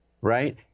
Right